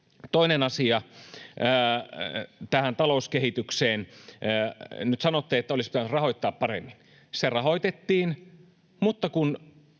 Toinen asia tähän talouskehitykseen: Nyt sanotte, että olisi pitänyt rahoittaa paremmin. Se rahoitettiin, mutta kun